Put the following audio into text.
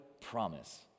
promise